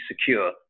secure